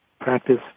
practice